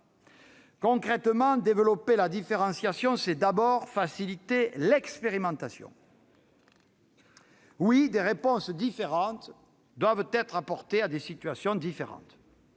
Concrètement, développer la différenciation, c'est avant tout faciliter l'expérimentation. Oui, des réponses différentes doivent être apportées à des situations différentes